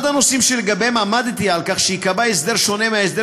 אחד הנושאים שלגביהם עמדתי על כך שייקבע הסדר שונה מההסדר